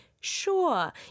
Sure